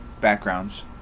backgrounds